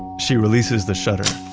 she releases the shutter,